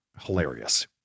hilarious